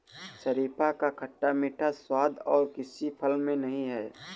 शरीफा का खट्टा मीठा स्वाद और किसी फल में नही है